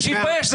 ושיתבייש,